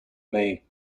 may